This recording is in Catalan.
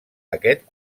aquest